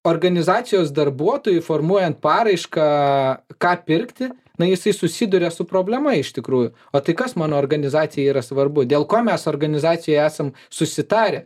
organizacijos darbuotojui formuojant paraišką ką pirkti na jisai susiduria su problema iš tikrųjų o tai kas mano organizacijai yra svarbu dėl ko mes organizacijoj esam susitarę